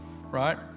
Right